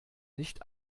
nicht